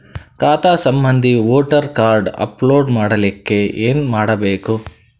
ಖಾತಾ ಸಂಬಂಧಿ voter card upload ಮಾಡಲಿಕ್ಕೆ ಏನ ಮಾಡಬೇಕು?